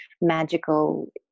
magical